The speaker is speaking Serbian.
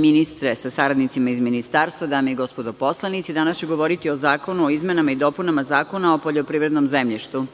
ministre sa saradnicima iz Ministarstva, dame i gospodo poslanici, danas ću govoriti o izmenama i dopunama Zakona o poljoprivrednom zemljištu.